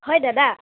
হয় দাদা